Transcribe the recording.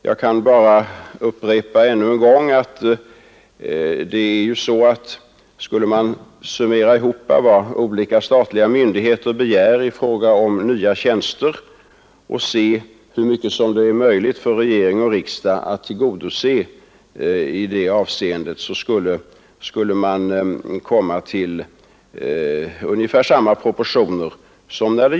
Jag kan bara ännu en gång upprepa: Skulle man summera vad olika statliga myndigheter begär i fråga om nya tjänster, skulle antalet tjänster bland dessa bli proportionellt detsamma som vad polisen begär.